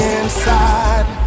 inside